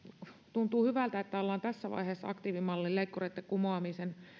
tuntuu hyvältä että ollaan tässä vaiheessa aktiivimallin leikkureitten kumoamisen